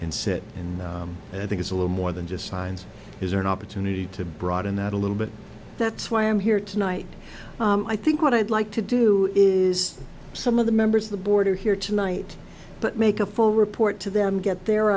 out and sit and i think it's a little more than just science is there an opportunity to broaden that a little bit that's why i'm here tonight i think what i'd like to do is some of the members of the border here tonight but make a full report to them get their